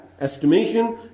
estimation